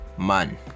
man